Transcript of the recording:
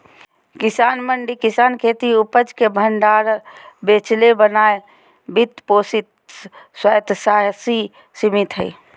किसान मंडी किसानखेती उपज के भण्डार बेचेले बनाल वित्त पोषित स्वयात्तशासी समिति हइ